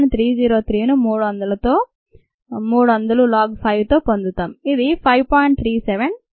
303 ను 300 తో 300 తో 300 log 5 తో పొందుతాం ఇది 5